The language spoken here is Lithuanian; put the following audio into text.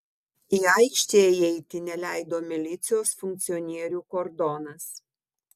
į aikštę įeiti neleido milicijos funkcionierių kordonas